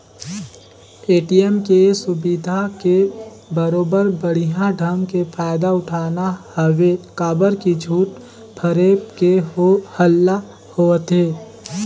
ATM के ये सुबिधा के बरोबर बड़िहा ढंग के फायदा उठाना हवे काबर की झूठ फरेब के हो हल्ला होवथे